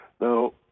Now